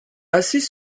assis